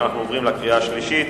אנחנו עוברים לקריאה השלישית.